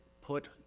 put